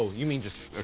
you mean just.